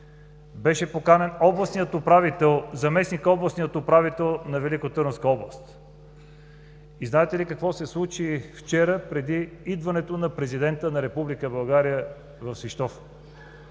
Беше поканен заместник-областният управител на Великотърновска област. И знаете ли какво се случи вчера преди идването на президента на Република